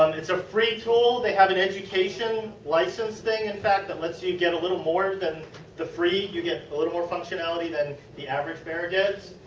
um a free tool. they have an education license thing in fact, that lets you you get a little more then the free. you get a little more functionality then the average bear gets.